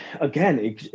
again